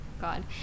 God